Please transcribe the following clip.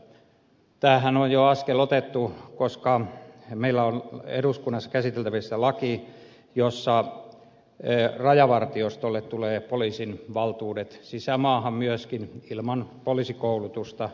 tämä askelhan on jo otettu koska meillä on eduskunnassa käsiteltävänä laki jossa rajavartiostolle tulee poliisin valtuudet sisämaahan myöskin ilman poliisikoulutusta